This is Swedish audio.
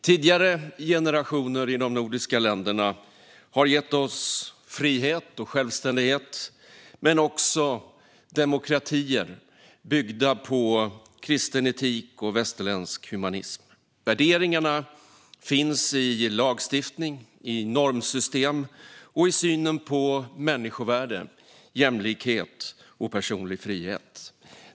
Tidigare generationer i de nordiska länderna har gett oss frihet och självständighet men också demokratier byggda på kristen etik och västerländsk humanism. Värderingarna finns i lagstiftning, i normsystem och i synen på människovärde, jämlikhet och personlig frihet.